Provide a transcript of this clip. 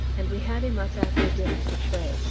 and we had him up after dinner to play,